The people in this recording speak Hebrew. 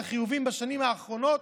על החיובים בשנים האחרונות,